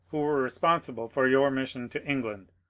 who were responsible for your mission to england,